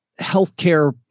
healthcare